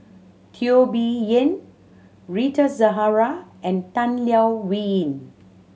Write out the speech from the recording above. Teo Bee Yen Rita Zahara and Tan Leo Wee Hin